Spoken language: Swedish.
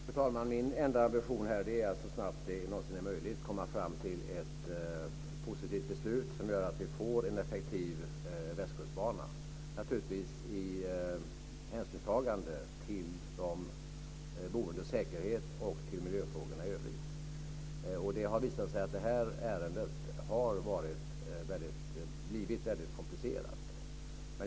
Fru talman! Min enda ambition är att så snabbt det någonsin är möjligt komma fram till ett positivt beslut som gör att vi får en effektiv västkustbana. Naturligtvis måste man ta hänsyn till de boendes säkerhet och till miljöfrågorna i övrigt. Det har visat sig att ärendet har blivit väldigt komplicerat.